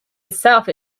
itself